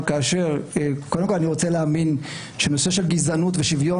אני רוצה להאמין שנושא של גזענות ושוויון